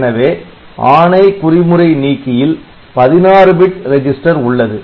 எனவே ஆணை குறிமுறை நீக்கி யில் 16 பிட் ரிஜிஸ்டர் உள்ளது